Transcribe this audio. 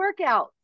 workouts